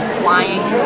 flying